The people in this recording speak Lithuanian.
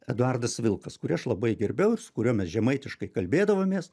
eduardas vilkas kurį aš labai gerbiau su kuriuo mes žemaitiškai kalbėdavomės